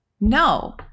No